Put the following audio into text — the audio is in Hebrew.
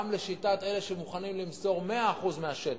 גם לשיטת אלה שמוכנים למסור את 100% השטח,